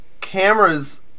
cameras